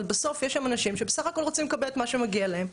אבל בסוף יש שם אנשים שבסך הכול רוצים לקבל את מה שמגיע אליהם.